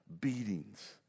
beatings